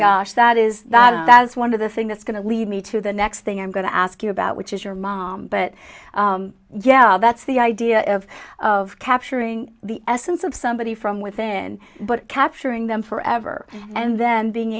gosh that is that's one of the thing that's going to lead me to the next thing i'm going to ask you about which is your mom but yeah that's the idea of of capturing the essence of somebody from within but capturing them forever and then being